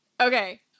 Okay